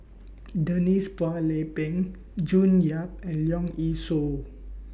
Denise Phua Lay Peng June Yap and Leong Yee Soo